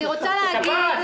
שבת.